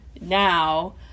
now